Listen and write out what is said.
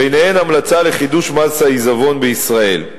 ביניהן המלצה לחידוש מס העיזבון בישראל.